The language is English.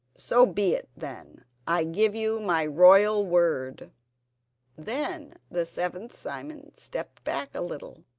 so be it, then i give you my royal word then the seventh simon stepped back a little,